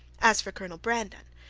as for colonel brandon,